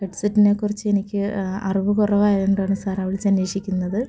head സെറ്റിനെക്കുറിച്ച് എനിക്ക് അറിവ് കുറവായത് കൊണ്ടാണ് സാർ വിളിച്ച് അന്വേഷിക്കുന്നത്